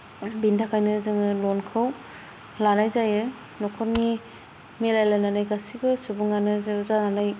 आरो बेनि थाखायनो जोङो लनखौ लानाय जायो न'खरनि मिलायलायनानै गासैबो सुबुङानो ज' जानानै